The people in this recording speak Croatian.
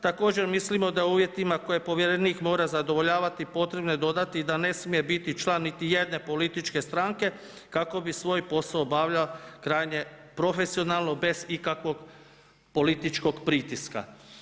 Također mislimo da u uvjetima koje povjerenik mora zadovoljavati potrebno je dodati da ne smije biti član niti jedne političke stranke kako bi svoj posao obavljao krajnje profesionalno bez ikakvog političkog pritiska.